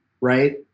Right